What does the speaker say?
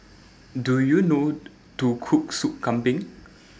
Do YOU know to Cook Soup Kambing